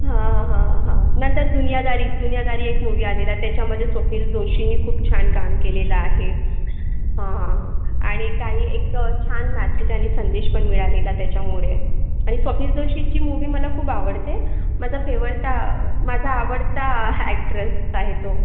हं हं हं नंतर दुनियादारी दुनियादारी एक मूव्ही आलेला त्याच्यामध्ये स्वप्नील जोशीनी खूप छान काम केलेलं आहे हं आणि काही एक छान मॅसेज आणि संदेश पण मिळालेला त्याच्यामुळे आणि स्वप्नील जोशीची मूव्ही मला खूप आवडते माझा फेवळता माझा आवडता अॅक्टरच आहे तो